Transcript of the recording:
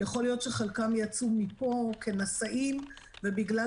יכול להיות שחלקם יצאו מפה כנשאים ובגלל